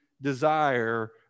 desire